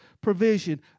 provision